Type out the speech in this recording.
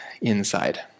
inside